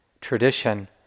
tradition